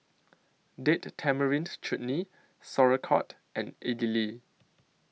Date Tamarind Chutney Sauerkraut and Idili